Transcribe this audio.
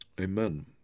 amen